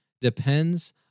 depends